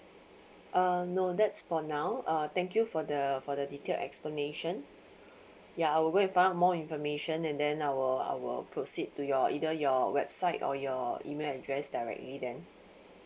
uh no that's for now uh thank you for the for the detailed explanation ya I aware and find out more information and then I will I will proceed to your either your website or your email address directly then